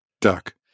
Duck